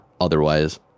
otherwise